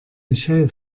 michelle